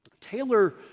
Taylor